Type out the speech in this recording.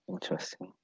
Interesting